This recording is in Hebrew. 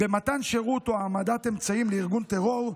במתן שירות או העמדת אמצעים לארגון טרור,